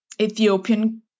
Ethiopian